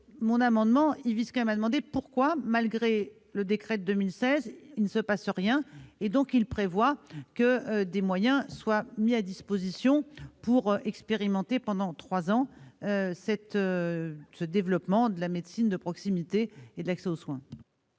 Cet amendement vise à demander pourquoi, malgré le décret de 2016, il ne se passe rien, et tend à mettre des moyens à disposition pour expérimenter, pendant trois ans, le développement de cette médecine de proximité et de l'accès aux soins.